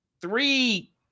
three